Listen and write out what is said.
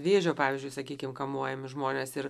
vėžio pavyzdžiu sakykim kamuojami žmonės ir